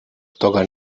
toga